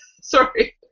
Sorry